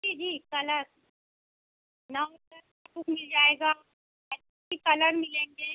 जी जी नौ तक बुक मिल जाएगी अच्छे कलर मिलेंगे